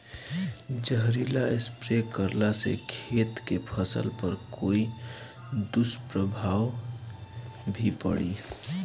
जहरीला स्प्रे करला से खेत के फसल पर कोई दुष्प्रभाव भी पड़ी?